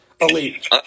Elite